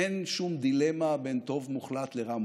אין שום דילמה בין טוב מוחלט לרע מוחלט.